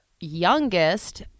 youngest